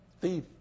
thief